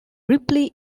ripley